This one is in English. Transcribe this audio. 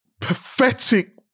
pathetic